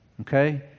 Okay